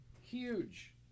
Huge